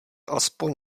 aspoň